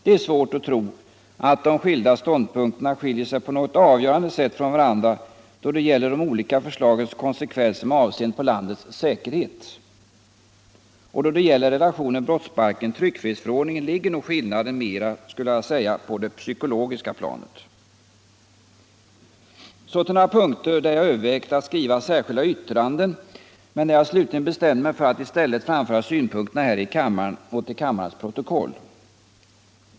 Det är svårt att tro att de olika ståndpunkterna skiljer sig på något avgörande sätt från varandra då det gäller de olika förslagens konsekvenser med avseende på landets säkerhet, och beträffande relationen brottsbalken-tryckfrihetsförordningen ligger nog skillnaden mera på det psykologiska planet. Så till några punkter där jag övervägt att skriva särskilda yttranden, men där jag slutligen bestämde mig för att i stället framföra synpunkterna här i kammaren och för kammarens protokoll.